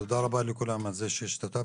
תודה רבה לכולם על זה שהשתתפתם,